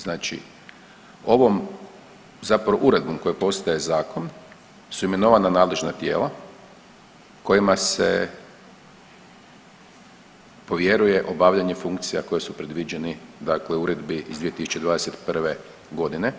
Znači ovom zapravo uredbom koja postaje zakon su imenovana nadležna tijela kojima se povjeruje obavljanje funkcija koji su predviđeni dakle uredbi iz 2021.g.